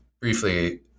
briefly